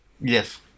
Yes